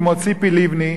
כמו ציפי לבני,